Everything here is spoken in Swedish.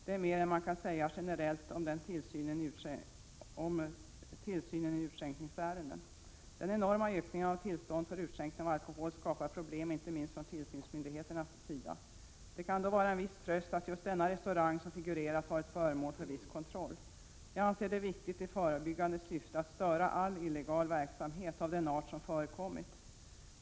Det är mer än man kan säga generellt om tillsynen i utskänkningsärenden. Den enorma ökningen av tillstånd för utskänkning av alkohol skapar problem inte minst för tillsynsmyndigheterna. Det kan då vara en viss tröst att just den restaurang som nu figurerat varit föremål för viss kontroll. Jag anser det viktigt i förebyggande syfte att störa all illegal verksamhet av den art som förekommit.